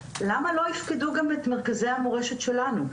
למה לא יפקדו גם את מרכזי המורשת שלנו?